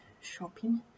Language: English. shopping